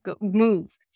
move